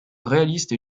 réaliste